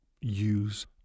use